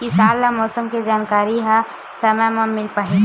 किसान ल मौसम के जानकारी ह समय म मिल पाही?